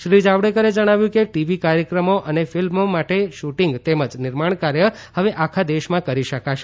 શ્રી જાવડેકરે જણાવ્યું કે ટીવી કાર્યક્રમો અને ફિલ્મો માટે શૂટિંગ તેમ જ નિર્માણ કાર્ય હવે આખા દેશમાં કરી શકાશે